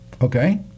Okay